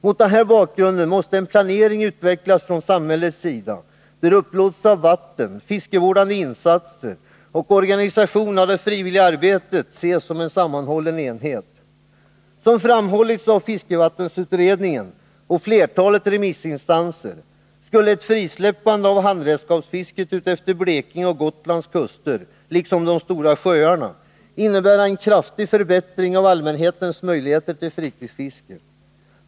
Mot denna bakgrund måste en planering utvecklas från samhällets sida, där upplåtelse av vatten, fiskevårdande insatser och organisation av det frivilliga arbetet ses som en sammanhållen enhet. Som framhållits av fiskevattensutredningen och flertalet remissinstanser skulle ett frisläppande av handredskapsfisket utefter Blekinges och Gotlands kuster liksom i de stora sjöarna innebära en kraftig förbättring av allmänhetens möjligheter till fritidsfiske.